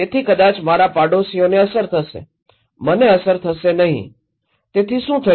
તેથી કદાચ મારા પડોશીઓને અસર થશે મને અસર થશે નહીં તેથી શું થયું